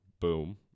Boom